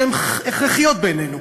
שהן הכרחיות בעינינו,